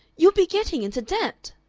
you will be getting into debt!